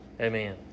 Amen